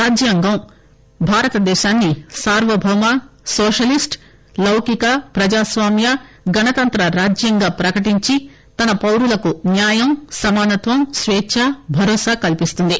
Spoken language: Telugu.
రాజ్యాంగం భారతదేశాన్ని సార్వభౌమ నోషలిస్టు లౌకిక ప్రజాస్వామ్య గణతంత్యరాజ్యంగా ప్రకటించి తన పౌరులకు న్యాయం సామనత్వం స్వేచ్చ భరోసా కల్సిస్తుంది